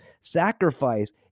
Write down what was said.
Sacrifice